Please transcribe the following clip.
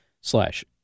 slash